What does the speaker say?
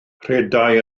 rhedai